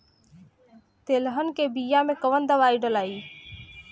तेलहन के बिया मे कवन दवाई डलाई?